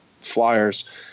flyers